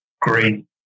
green